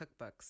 cookbooks